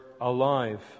Alive